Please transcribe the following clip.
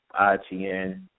ITN